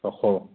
ছশ